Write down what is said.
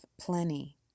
plenty